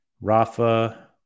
Rafa